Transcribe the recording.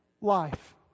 life